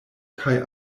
kaj